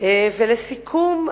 לסיכום,